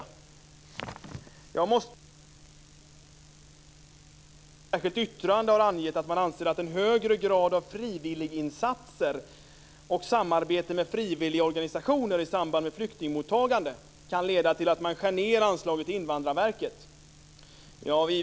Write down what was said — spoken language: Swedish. Centerpartiet har i ett särskilt yttrande angett att man anser att en högre grad av frivilliginsatser och samarbete med frivilligorganisationer i samband med flyktingmottagande kan leda till att man skär ned anslaget till Invandrarverket.